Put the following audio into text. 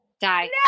Die